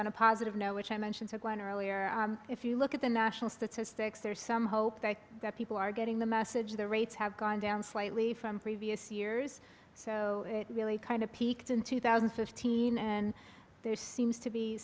on a positive note which i mentioned earlier if you look at the national statistics there's some hope that people are getting the message the rates have gone down slightly from previous years so it really kind of peaked in two thousand fifteen and there seems to be